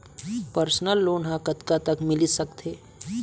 Personal loan ह कतका तक मिलिस सकथे?